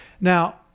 Now